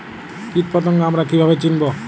কীটপতঙ্গ আমরা কীভাবে চিনব?